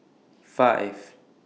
five